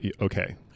okay